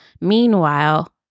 meanwhile